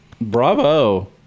bravo